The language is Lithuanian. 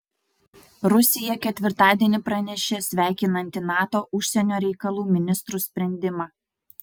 rusija ketvirtadienį pranešė sveikinanti nato užsienio reikalų ministrų sprendimą